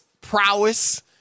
prowess